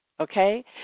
Okay